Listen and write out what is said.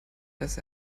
dass